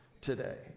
today